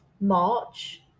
March